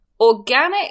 organic